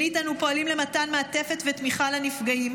שנית, אנו פועלים למתן מעטפת ותמיכה לנפגעים.